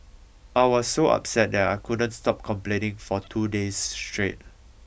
I was so upset that I couldn't stop complaining for two days straight